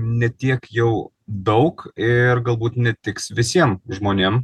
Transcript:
ne tiek jau daug ir galbūt netiks visiem žmonėm